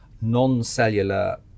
non-cellular